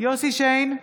יוסף שיין,